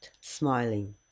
smiling